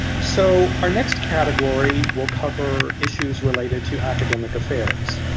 so, our next category will cover issues related to academic affairs.